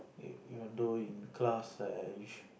ya even though in class I